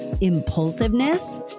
impulsiveness